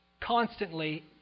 constantly